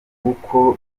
uko